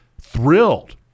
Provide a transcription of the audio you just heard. thrilled